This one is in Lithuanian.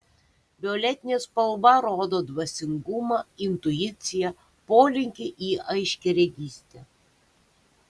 violetinė spalva rodo dvasingumą intuiciją polinkį į aiškiaregystę